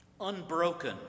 unbroken